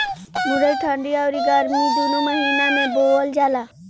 मुरई ठंडी अउरी गरमी दूनो महिना में बोअल जाला